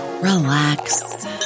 relax